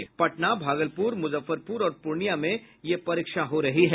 राज्य में पटना भागलपुर मुजफ्फरपुर और पूर्णियां में यह परीक्षा हो रही है